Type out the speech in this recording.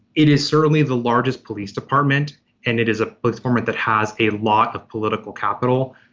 it is certainly the largest police department and it is a format that has a lot of political capital.